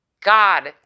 God